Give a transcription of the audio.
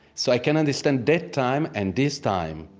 so i can understand that time and this time,